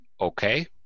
okay